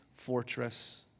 fortress